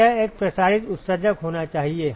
तो यह एक प्रसारित उत्सर्जक होना चाहिए